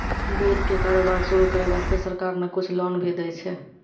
दूध के कारोबार शुरू करै वास्तॅ सरकार न कुछ लोन भी दै छै